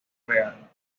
real